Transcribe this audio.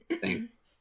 thanks